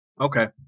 Okay